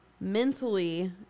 mentally